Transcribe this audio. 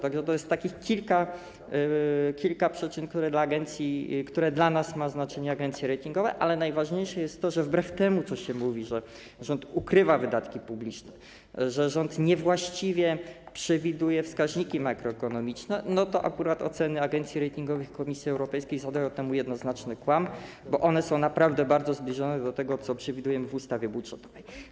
Także to jest takich kilka przyczyn, które dla nas mają znaczenie, jeżeli chodzi o agencje ratingowe, ale najważniejsze jest to, że wbrew temu, co się mówi, że rząd ukrywa wydatki publiczne, że rząd niewłaściwie przewiduje wskaźniki makroekonomiczne, to akurat oceny agencji ratingowych Komisji Europejskiej zadają temu jednoznacznie kłam, bo one są naprawdę bardzo zbliżone do tego, co przewidujemy w ustawie budżetowej.